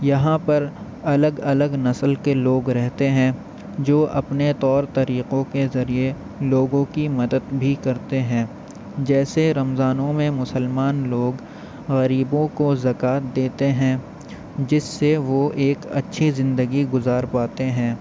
یہاں پر الگ الگ نسل کے لوگ رہتے ہیں جو اپنے طور طریقوں کے ذریعے لوگوں کی مدد بھی کرتے ہیں جیسے رمضانوں میں مسلمان لوگ غریبوں کو زکوٰۃ دیتے ہیں جس سے وہ ایک اچھی زندگی گزار پاتے ہیں